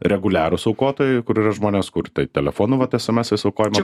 reguliarūs aukotojai kur yra žmonės kur tai telefonu vat esemesais aukojama